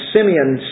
Simeon